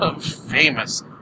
famous